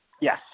Yes